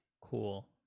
Cool